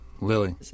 lily